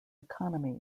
economy